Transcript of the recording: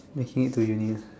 making it to uni